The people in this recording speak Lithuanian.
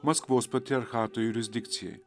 maskvos patriarchato jurisdikcijai